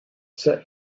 sir